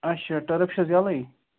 اچھا ٹٔرٕپ چھا حظ یَلَے